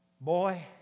Boy